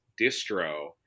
distro